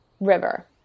River